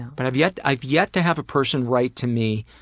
but i've yet i've yet to have a person write to me,